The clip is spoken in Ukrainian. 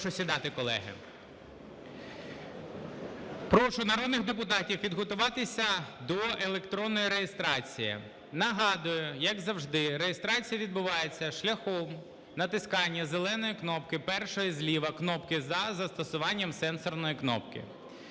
Прошу сідати, колеги. Прошу народних депутатів підготуватися до електронної реєстрації. Нагадую, як завжди, реєстрація відбувається шляхом натискання зеленої кнопки, першої зліва кнопки "за" із застосуванням сенсорної кнопки.